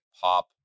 pop